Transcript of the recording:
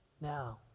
now